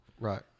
right